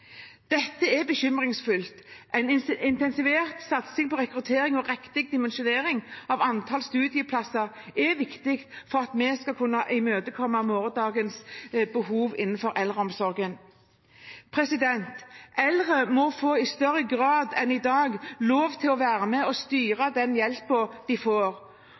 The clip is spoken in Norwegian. Dette er bekymringsfullt. En intensivert satsing på rekruttering og riktig dimensjonering av antall studieplasser er viktig for at vi skal kunne imøtekomme morgendagens behov innenfor eldreomsorgen. De eldre må i større grad enn i dag få lov til å være med på å styre den hjelpen de får,